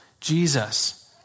Jesus